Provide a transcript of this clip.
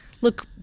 Look